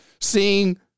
seeing